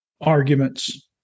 arguments